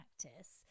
practice